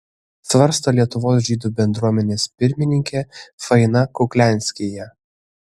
svarsto lietuvos žydų bendruomenės pirmininkė faina kuklianskyje